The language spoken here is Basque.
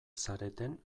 zareten